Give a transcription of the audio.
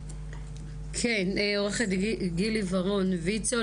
עו"ד גילי ורון, ויצ"ו.